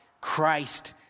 Christ